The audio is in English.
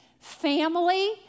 family